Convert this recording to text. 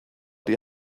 die